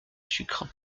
sucre